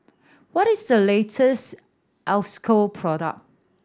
what is the latest Isocal product